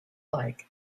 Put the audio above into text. like